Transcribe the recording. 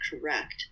correct